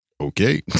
Okay